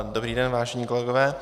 Dobrý den, vážení kolegové.